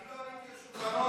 אני לא עליתי על שולחנות.